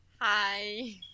hi